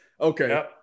Okay